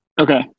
Okay